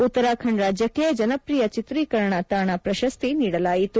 ಉತ್ತರಾಖಂಡ್ ರಾಜ್ಯಕ್ಕೆ ಜನಪ್ರಿಯ ಚಿತ್ರೀಕರಣ ತಾಣ ಪ್ರಶಸ್ತಿ ನೀಡಲಾಯಿತು